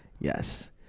Yes